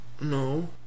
no